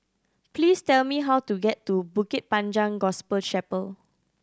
please tell me how to get to Bukit Panjang Gospel Chapel